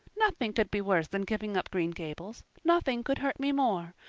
nothing could be worse than giving up green gables nothing could hurt me more.